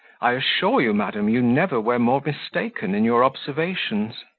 i assure you, madam, you never were more mistaken in your observations.